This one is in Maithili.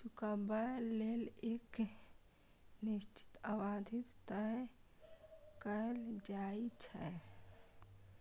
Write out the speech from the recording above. चुकाबै लेल एक निश्चित अवधि तय कैल जाइ छै